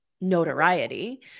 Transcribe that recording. notoriety